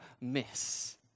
miss